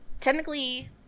Technically